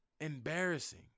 Embarrassing